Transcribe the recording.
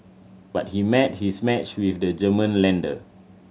but he met his match with the German lender